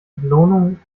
belohnung